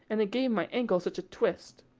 and it gave my ankle such a twist.